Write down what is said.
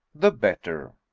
the better.